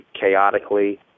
chaotically